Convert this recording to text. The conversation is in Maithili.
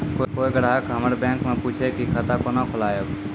कोय ग्राहक हमर बैक मैं पुछे की खाता कोना खोलायब?